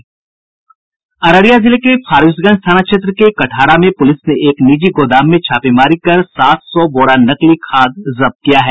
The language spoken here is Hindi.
अररिया जिले के फारबिसगंज थाना क्षेत्र के कटहारा में पुलिस ने एक निजी गोदाम में छापेमारी कर सात सौ बोरा नकली खाद जब्त किया है